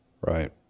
Right